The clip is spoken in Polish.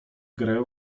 grają